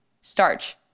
Starch